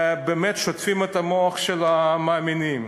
שבאמת שוטפים את המוח של המאמינים.